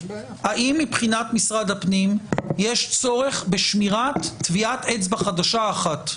האם מבחינת משרד הפנים יש צורך בשמירת טביעת אצבע חדשה אחת.